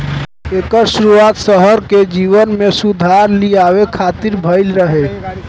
एकर शुरुआत शहर के जीवन में सुधार लियावे खातिर भइल रहे